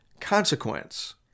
consequence